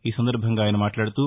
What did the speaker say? ఈసందర్బంగా ఆయన మాట్లాడుతూ